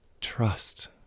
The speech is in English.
trust